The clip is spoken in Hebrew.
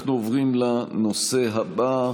אנחנו עוברים לנושא הבא: